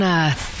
earth